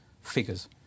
figures